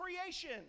creation